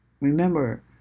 remember